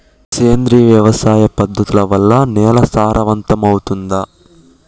సేంద్రియ వ్యవసాయ పద్ధతుల వల్ల, నేల సారవంతమౌతుందా?